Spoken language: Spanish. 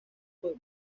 que